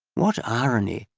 what irony,